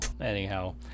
anyhow